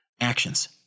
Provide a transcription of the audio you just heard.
Actions